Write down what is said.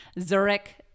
Zurich